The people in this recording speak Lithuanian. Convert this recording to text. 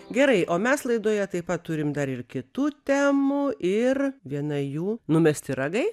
gerai o mes laidoje taip pat turim dar ir kitų temų ir viena jų numesti ragai